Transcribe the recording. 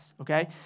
okay